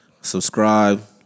Subscribe